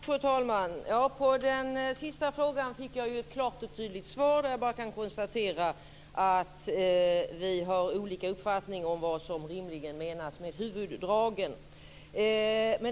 Fru talman! På den sista frågan fick jag ett klart och tydligt svar, där jag bara kan konstatera att vi har olika uppfattning om vad som rimligen menas med huvuddragen.